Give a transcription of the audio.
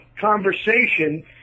conversation